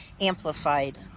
amplified